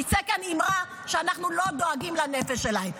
תצא כאן אמירה שאנחנו לא דואגים לנפש שלהם.